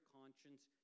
conscience